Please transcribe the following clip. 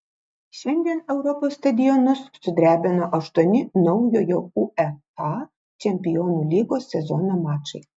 šiandien europos stadionus sudrebino aštuoni naujojo uefa čempionų lygos sezono mačai